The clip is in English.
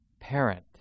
parent